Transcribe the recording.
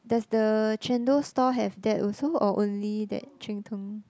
does the Chendol store have that also or only that Cheng-Teng